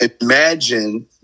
Imagine